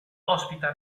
ospita